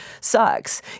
sucks